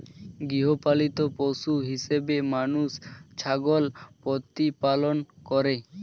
গৃহপালিত পশু হিসেবে মানুষ ছাগল প্রতিপালন করে